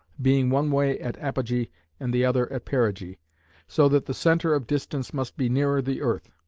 being one way at apogee and the other at perigee so that the centre of distance must be nearer the earth.